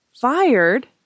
Fired